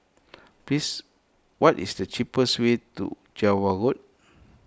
please what is the cheapest way to Java Road